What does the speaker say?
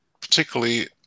particularly